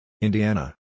Indiana